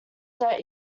that